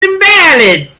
invalid